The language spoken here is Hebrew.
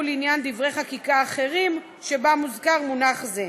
לעניין דברי חקיקה אחרים שבם מוזכר מונח זה.